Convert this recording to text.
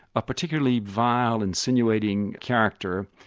a particularly vile, insinuating character,